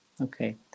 Okay